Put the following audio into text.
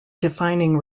defining